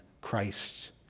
Christ